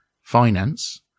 finance